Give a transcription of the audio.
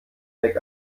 weg